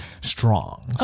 Strong